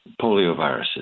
polioviruses